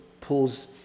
pulls